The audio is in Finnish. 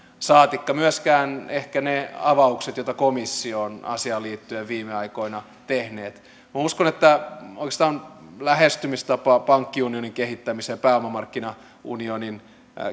saatikka myöskään ehkä ne avaukset joita komissio on asiaan liittyen viime aikoina tehnyt minä uskon että oikeastaan lähestymistapa pankkiunionin kehittämiseen ja pääomamarkkina unionin